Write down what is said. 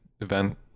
event